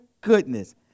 goodness